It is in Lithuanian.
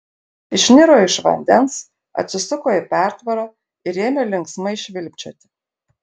išniro iš vandens atsisuko į pertvarą ir ėmė linksmai švilpčioti